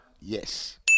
Yes